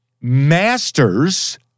Masters